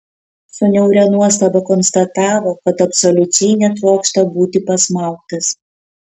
su niauria nuostaba konstatavo kad absoliučiai netrokšta būti pasmaugtas